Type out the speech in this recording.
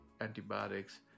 antibiotics